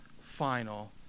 final